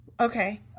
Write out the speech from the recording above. Okay